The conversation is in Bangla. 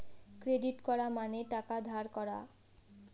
ক্রেডিট করা মানে টাকা ধার করা